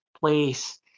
place